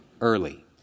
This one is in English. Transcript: early